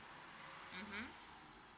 mmhmm